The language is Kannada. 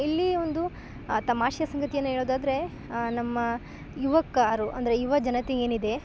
ಇಲ್ಲಿ ಒಂದು ತಮಾಷೆ ಸಂಗತಿಯನ್ನ ಹೇಳೋದಾದ್ರೆ ನಮ್ಮ ಯುವಕರು ಅಂದರೆ ಯುವಜನತೆ ಏನಿದೆ